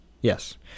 Yes